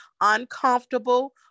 Uncomfortable